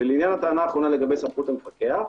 לעניין הטענה האחרונה לעניין סמכות המפקח,